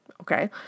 okay